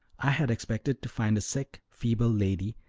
i had expected to find a sick, feeble lady,